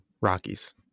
Rockies